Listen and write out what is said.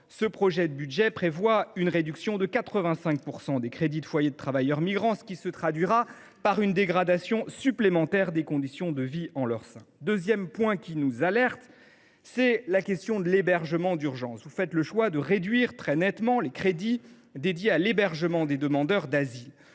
ce projet de budget prévoit une réduction de 85 % des crédits consacrés aux foyers de travailleurs migrants. Bravo ! Cela se traduira par une dégradation supplémentaire des conditions de vie en leur sein. Le deuxième point qui nous alerte est la question de l’hébergement d’urgence. Vous faites le choix de réduire très nettement les crédits dédiés à l’hébergement des demandeurs d’asile.